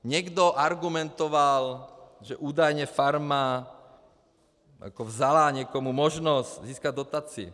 Někdo argumentoval, že údajně farma vzala někomu možnost získat dotaci.